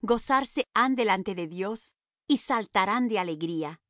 gozarse han delante de dios y saltarán de alegría